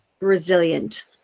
resilient